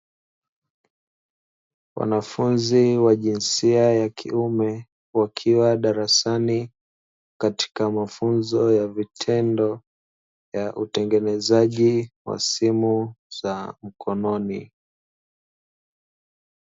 Wanafunzi wa jinsia ya kiume wakiwa darasani katika mafunzo ya vitendo ya utengenezaji wa simu za mkononi.